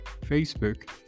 facebook